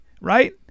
right